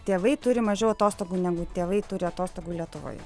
tėvai turi mažiau atostogų negu tėvai turi atostogų lietuvoje